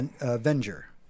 Avenger